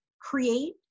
create